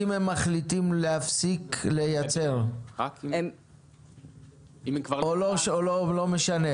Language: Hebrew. אם הם מחליטים להפסיק לייצר, או לא משנה?